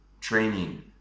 training